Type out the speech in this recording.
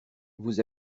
vous